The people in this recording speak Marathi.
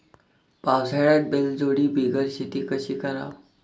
पावसाळ्यात बैलजोडी बिगर शेती कशी कराव?